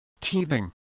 teething